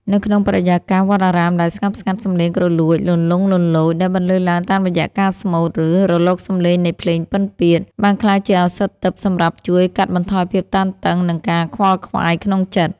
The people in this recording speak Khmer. នៅក្នុងបរិយាកាសវត្តអារាមដែលស្ងប់ស្ងាត់ សម្លេងគ្រលួចលន្លង់លន្លោចដែលបន្លឺឡើងតាមរយៈការស្មូត ឬ រលកសម្លេងនៃភ្លេងពិណពាទ្យ បានក្លាយជាឱសថទិព្វសម្រាប់ជួយកាត់បន្ថយភាពតានតឹង និងការខ្វល់ខ្វាយក្នុងចិត្ត។